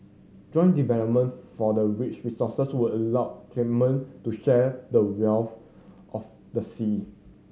joint development for the rich resources would allow claimant to share the wealth of the sea